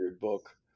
book